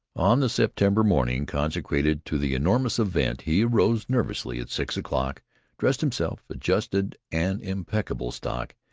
on the september morning consecrated to the enormous event he arose nervously at six o'clock dressed himself, adjusted an impeccable stock,